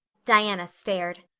diana stared.